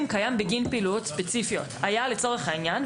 היה לצורך העניין ובית ספר דיווח שהוא עשה איזושהי פעילות,